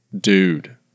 Dude